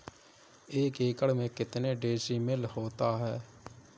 एक एकड़ में कितने डिसमिल होता है?